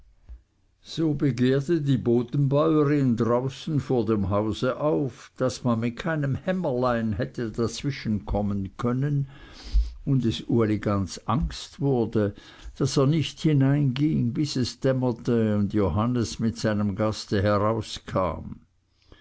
so begehrte die bodenbäuerin draußen vor dem hause auf daß man mit keinem hämmerlein hätte dazwischenkommen können und es uli ganz angst wurde daß er nicht hineinging bis es dämmerte und johannes mit seinem gaste herauskam